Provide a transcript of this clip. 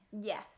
yes